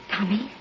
Tommy